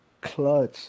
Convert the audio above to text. clutch